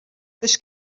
this